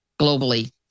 globally